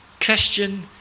Christian